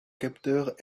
capteurs